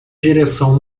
direção